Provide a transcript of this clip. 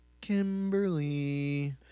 Kimberly